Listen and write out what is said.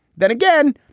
then again,